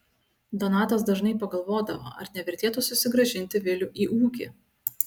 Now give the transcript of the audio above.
donatas dažnai pagalvodavo ar nevertėtų susigrąžinti vilių į ūkį